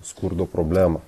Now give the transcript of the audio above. skurdo problemą